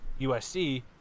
USC